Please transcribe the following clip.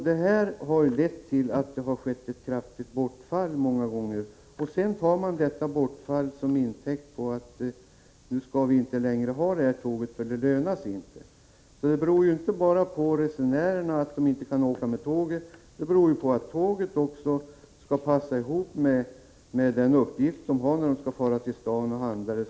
Detta har lett till ett kraftigt bortfall av resande, vilket har tagits till intäkt för att tågen inte längre skall gå, eftersom det inte lönar sig. Resandebortfallet beror alltså inte bara på resenärerna, som ju inte kan åka med tågen. Tågtiderna måste passa med de tider när människor t.ex. skall åka till staden och handla.